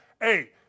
Hey